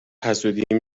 حسودیم